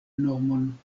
nomon